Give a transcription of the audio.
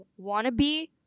wannabe